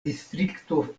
distrikto